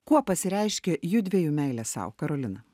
kuo pasireiškia judviejų meilė sau karolina